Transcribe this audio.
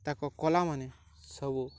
ତାକୁ କଲା ମାନେ ସବୁ